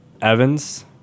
Evans